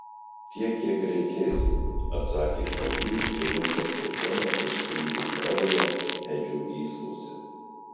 tiek kiek reikės atsakė šaulys ir rimtas jo tonas sustingdė kraują edžio gyslose